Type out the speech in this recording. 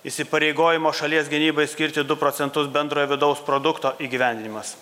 įsipareigojimo šalies gynybai skirti du procentus bendrojo vidaus produkto įgyvendinimas